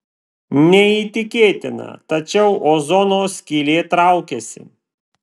neįtikėtina tačiau ozono skylė traukiasi